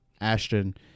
Ashton